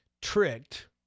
tricked